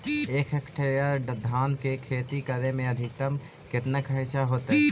एक हेक्टेयर धान के खेती करे में अधिकतम केतना खर्चा होतइ?